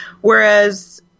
Whereas